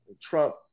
Trump